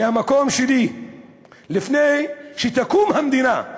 מהמקום שלי לפני קום המדינה,